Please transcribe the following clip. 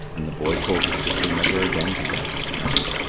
and the boy told his sister never again to doubt his strength,